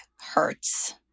hurts